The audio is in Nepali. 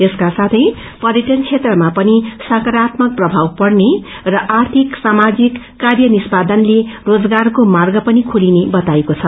यसको साथै पक्रअन द्वोत्रमा पनि सकारात्मक प्रमाव पर्ने र आर्थिक सामाजिक कार्यनिष्पादनले रोजगारको र्माग पनि खोलिने बताइएको छ